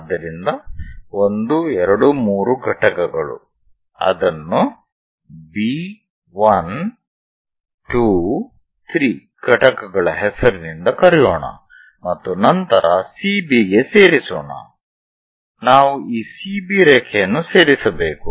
ಆದ್ದರಿಂದ 1 2 3 ಘಟಕಗಳು ಅದನ್ನು B1 2 3 ಘಟಕಗಳ ಹೆಸರಿನಿಂದ ಕರೆಯೋಣ ಮತ್ತು ನಂತರ CBಗೆ ಸೇರಿಸೋಣ ನಾವು ಈ CB ರೇಖೆ ಯನ್ನು ಸೇರಿಸಬೇಕು